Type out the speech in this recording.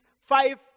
five